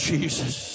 Jesus